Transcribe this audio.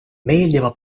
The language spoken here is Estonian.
meeldiva